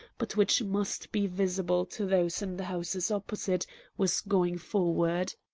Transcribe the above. but which must be visible to those in the houses opposite was going forward.